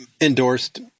endorsed